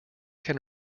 can